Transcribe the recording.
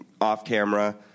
off-camera